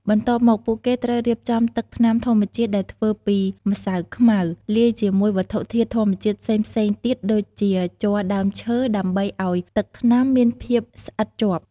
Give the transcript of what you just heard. បន្ទាប់មក ពួកគេត្រូវរៀបចំទឹកថ្នាំធម្មជាតិដែលធ្វើពី ម្សៅខ្មៅ លាយជាមួយវត្ថុធាតុធម្មជាតិផ្សេងៗទៀតដូចជា ជ័រដើមឈើដើម្បីឱ្យទឹកថ្នាំមានភាពស្អិតជាប់។